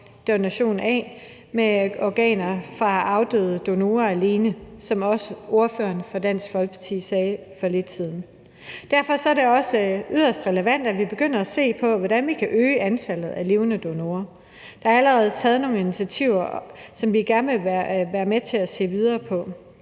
donation af, alene med organer fra afdøde donorer, som også ordføreren for Dansk Folkeparti sagde for lidt siden. Derfor er det også yderst relevant, at vi begynder at se på, hvordan vi kan øge antallet af levende donorer. Der er allerede taget nogle initiativer, som vi gerne vil være med til at se videre på.